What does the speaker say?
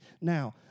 Now